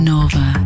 Nova